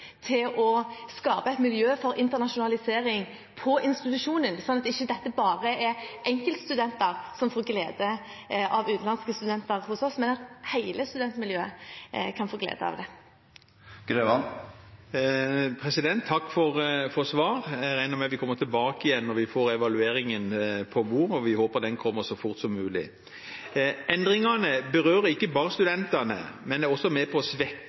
til å skape et miljø for internasjonalisering på institusjonen, sånn at det ikke bare er enkeltstudenter som får glede av utenlandske studenter hos oss, men at hele studentmiljøet kan få glede av det. Takk for svar. Jeg regner med at vi kommer tilbake til dette igjen når vi får evalueringen på bordet, og vi håper den kommer så fort som mulig. Endringene berører ikke bare studentene, men de er også med på